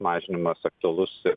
mažinimas aktualus ir